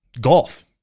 golf